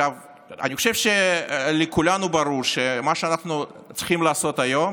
אני חושב שלכולנו ברור שמה שאנחנו צריכים לעשות היום